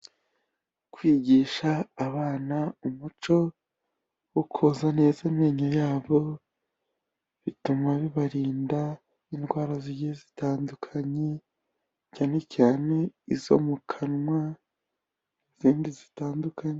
Kwigisha abana umuco wo koza neza amenyo yabo, bituma bibarinda indwara zigiye zitandukanye, cyane cyane izo mu kanwa n'zindi zitandukanye.